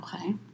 Okay